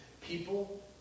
people